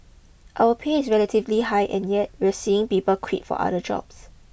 our pay is relatively high and yet we're seeing people quit for other jobs